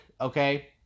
okay